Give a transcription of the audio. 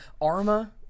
arma